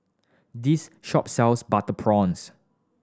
this shop sells butter prawns